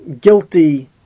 guilty